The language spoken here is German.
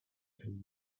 ein